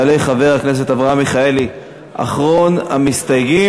יעלה חבר הכנסת אברהם מיכאלי, אחרון המסתייגים.